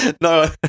no